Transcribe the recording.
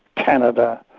canada,